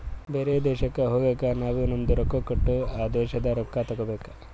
ಬೇರೆ ದೇಶಕ್ ಹೋಗಗ್ ನಾವ್ ನಮ್ದು ರೊಕ್ಕಾ ಕೊಟ್ಟು ಆ ದೇಶಾದು ರೊಕ್ಕಾ ತಗೋಬೇಕ್